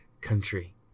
country